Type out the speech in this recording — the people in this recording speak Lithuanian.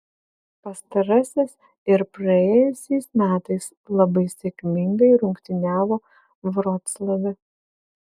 pastarasis ir praėjusiais metais labai sėkmingai rungtyniavo vroclave